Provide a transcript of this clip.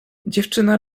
dziewczyna